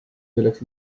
selleks